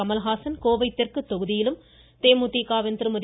கமல்ஹாசன் கோவை தெற்கு தொகுதியிலும் தேமுதிக வின் திருமதி